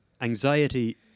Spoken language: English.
anxiety